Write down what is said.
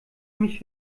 mich